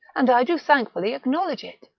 and i do thankfully acknowledge it,